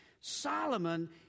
Solomon